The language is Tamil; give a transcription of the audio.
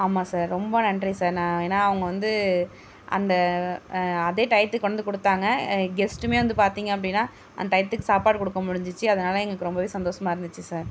ஆமாம் சார் ரொம்ப நன்றி சார் ஏன்னால் அவங்க வந்து அந்த அதே டைத்துக்கு வந்து கொடுத்தாங்க கெஸ்ட்டுமே வந்து பார்த்தீங்க அப்படின்னா அந்த டைத்துக்கு சாப்பாடு கொடுக்க முடிஞ்சிச்சு அதனால் எங்களுக்கு ரொம்பவே சந்தோஷமா இருந்துச்சு சார்